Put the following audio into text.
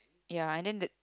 ya and then the